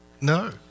No